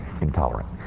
intolerant